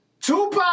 Tupac